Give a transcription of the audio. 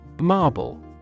Marble